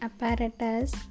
Apparatus